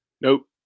Nope